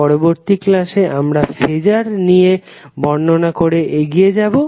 পরবর্তী ক্লাসে আমরা ফেজার বর্ণনা নিয়ে এগিয়ে যাবো